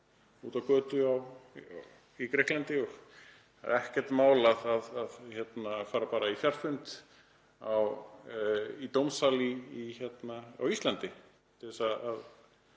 úti á götu í Grikklandi og ekkert mál að fara bara á fjarfund í dómsal á Íslandi